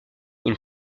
une